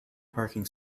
parking